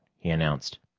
he announced.